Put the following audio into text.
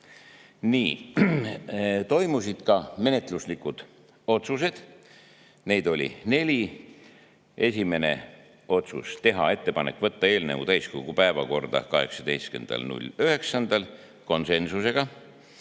Tehti ka menetluslikud otsused, neid on neli. Esimene otsus: teha ettepanek võtta eelnõu täiskogu päevakorda 18.09, konsensusega.